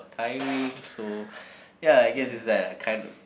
tiring so ya I guess is that I kind